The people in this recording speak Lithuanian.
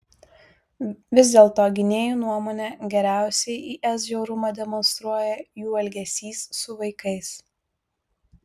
vis dėlto gynėjų nuomone geriausiai is žiaurumą demonstruoja jų elgesys su vaikais